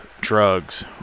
drugs